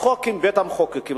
צחוק מבית-המחוקקים.